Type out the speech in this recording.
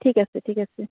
ঠিক আছে ঠিক আছে